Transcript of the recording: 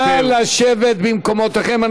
נא לשבת במקומותיכם.